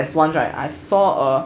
there's once I saw a